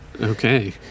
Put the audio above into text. Okay